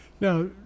Now